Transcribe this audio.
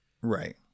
Right